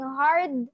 hard